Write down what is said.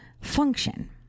function